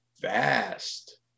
vast